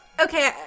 okay